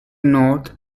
north